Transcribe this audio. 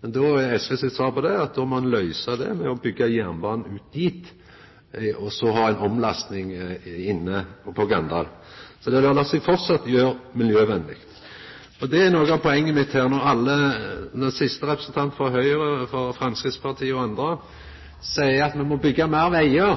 Men då er SV sitt svar på det at då må ein løysa det med å byggja jernbanen ut dit, og så ha omlasting inne på Ganddal. Så det lèt seg framleis gjera på ein miljøvennleg måte. Det er noko av poenget mitt her, når no representanten frå Høgre og representanten frå Framstegspartiet og andre seier at me må byggja meir vegar,